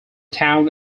town